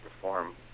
perform